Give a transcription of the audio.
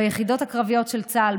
ביחידות הקרביות של צה"ל,